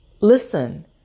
listen